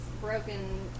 broken